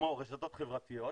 כמו רשתות חברתיות,